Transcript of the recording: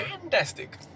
Fantastic